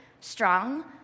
strong